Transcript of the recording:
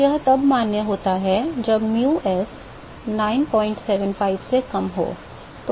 तो यह तब मान्य होता है जब mu s 975 से कम हो